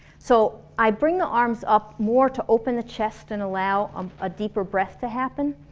so i bring the arms up more to open the chest and allow um a deeper breath to happen.